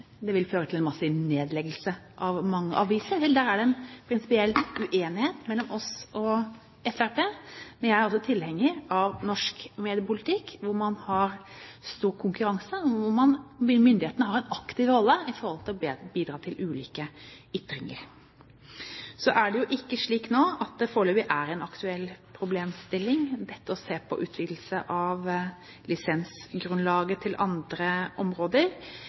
Det vil føre til en massiv nedleggelse av mange aviser. Vel, der er det en prinsipiell uenighet mellom oss og Fremskrittspartiet. Jeg er altså tilhenger av norsk mediepolitikk, hvor man har stor konkurranse, og hvor myndighetene har en aktiv rolle for å bidra til ulike ytringer. Så er det foreløpig ikke en aktuell problemstilling å se på utvidelse av lisensgrunnlaget til andre områder.